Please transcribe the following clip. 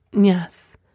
yes